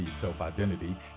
self-identity